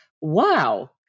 Wow